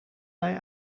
bij